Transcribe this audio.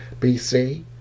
bc